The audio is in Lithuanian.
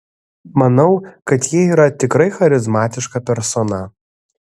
manau kad ji yra tikrai charizmatiška persona